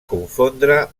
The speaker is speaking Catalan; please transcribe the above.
confondre